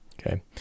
okay